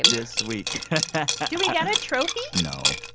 and this week do we get a trophy? no.